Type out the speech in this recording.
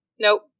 Nope